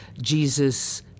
Jesus